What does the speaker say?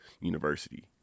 university